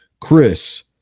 Chris